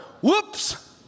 Whoops